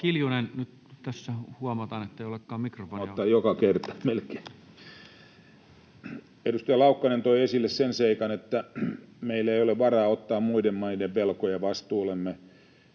Edustaja Laukkanen toi esille sen seikan, että meillä ei ole varaa ottaa muiden maiden velkoja vastuullemme.